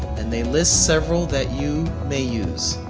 and they list several that you may use.